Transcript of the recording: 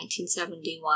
1971